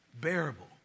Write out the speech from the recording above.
bearable